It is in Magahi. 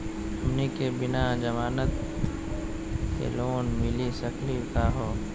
हमनी के बिना जमानत के लोन मिली सकली क हो?